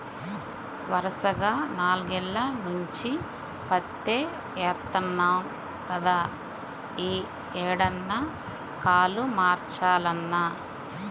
వరసగా నాల్గేల్ల నుంచి పత్తే యేత్తన్నాం గదా, యీ ఏడన్నా కాలు మార్చాలన్నా